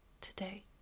today